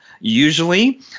Usually